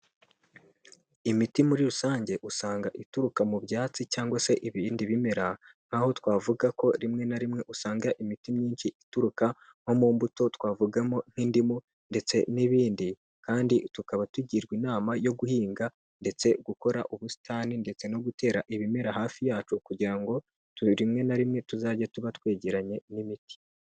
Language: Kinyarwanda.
Imiti muri rusange usanga ituruka mu byatsi cyangwa se ibindi bimera, aho twavuga ko rimwe na rimwe usanga imiti myinshi ituruka nko mu mbuto twavugamo nk'indimu, ndetse n'ibindi, kandi tukaba tugirwa inama yo guhinga, ndetse gukora ubusitani, ndetse no gutera ibimera hafi yacu kugira ngo rimwe na rimwe tuzajye tuba twegeranye n'imiti.